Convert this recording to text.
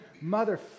mother